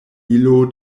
ilo